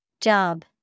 Job